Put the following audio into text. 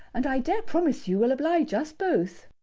and i dare promise you will oblige us both.